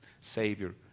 Savior